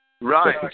Right